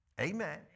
amen